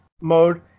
mode